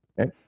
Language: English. okay